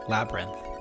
Labyrinth